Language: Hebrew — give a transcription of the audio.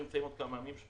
עוד כמה ימים נימצא